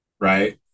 right